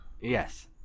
Yes